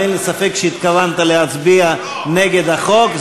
ואין לי ספק שהתכוונת להצביע נגד החוק.